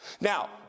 Now